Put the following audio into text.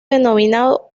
denominado